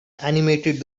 animated